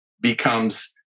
becomes